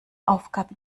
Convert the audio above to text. aufgabe